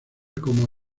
como